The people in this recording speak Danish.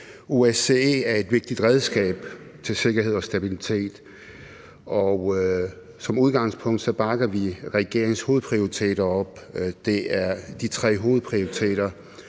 OSCE er et vigtigt redskab til sikkerhed og stabilitet, og som udgangspunkt bakker vi regeringens hovedprioriteter op. Det er de tre hovedprioriteter: